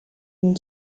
une